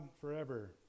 forever